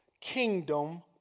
kingdom